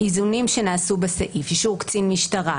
איזונים שנעשו בסעיף אישור קצין משטרה,